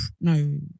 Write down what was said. No